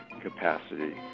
capacity